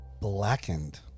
Blackened